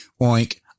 oink